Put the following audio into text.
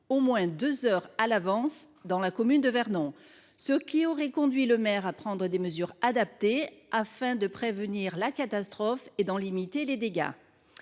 au moins deux heures à l’avance dans la commune de Vernon. Cela aurait conduit le maire à prendre des mesures adaptées afin de prévenir la catastrophe et d’en limiter les dégâts.